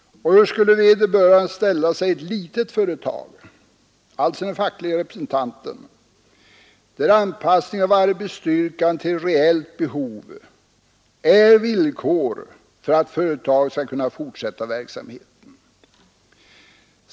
Och hur skulle den fackliga representanten ställa sig i ett litet företag, där anpassning av arbetsstyrkan till reellt behov är villkoret för att företaget skall kunna fortsätta verksamheten?